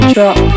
Drop